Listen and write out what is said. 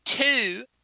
two